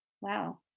Wow